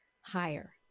higher